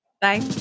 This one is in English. Bye